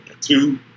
two